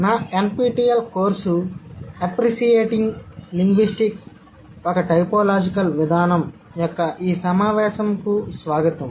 నా NPTEL course appreciating linguistics ఒక typological విధానం యొక్క ఈ సమావేశంకు స్వాగతం